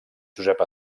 josep